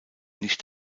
nicht